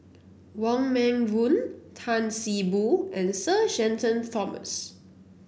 Wong Meng Voon Tan See Boo and Sir Shenton Thomas